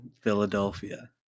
Philadelphia